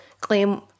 claim